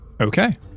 Okay